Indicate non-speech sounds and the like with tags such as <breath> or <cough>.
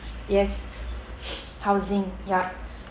yes <breath> housing yup